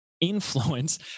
influence